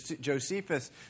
Josephus